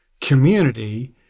community